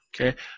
Okay